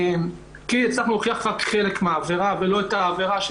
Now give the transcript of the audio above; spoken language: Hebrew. כי הצלחנו להוכיח רק חלק מהעבירה ולא את העבירה,